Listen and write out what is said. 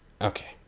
Okay